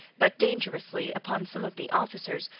but dangerously, upon some of the officers,